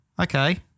Okay